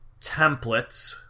templates